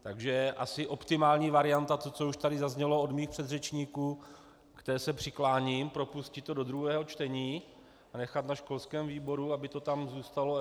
Takže asi optimální varianta je to, co tady už zaznělo od mých předřečníků, k té se přikláním, propustit to do druhého čtení a nechat na školském výboru, aby to tam zůstalo.